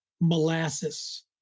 molasses